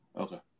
Okay